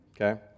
Okay